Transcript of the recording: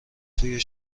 توی